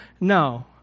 No